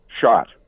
shot